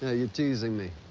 ah you're teasing me.